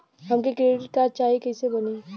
हमके credit card चाही कैसे बनी?